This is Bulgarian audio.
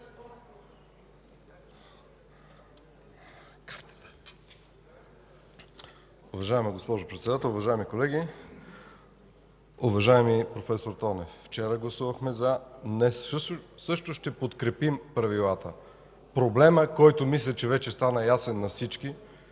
Уважаема госпожо Председател, уважаеми колеги! Уважаеми проф. Тонев, вчера гласувахме „за”, днес също ще подкрепим Правилата. Проблемът, който мисля, че вече стана ясен на всички